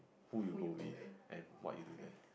who you go with and what you do there